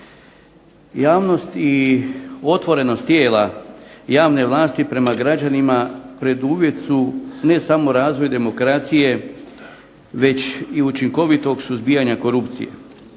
Javnost i otvorenost tijela javne vlasti prema građanima preduvjet su ne samo za razvoj demokracije već i učinkovitog suzbijanja korupcije